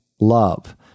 love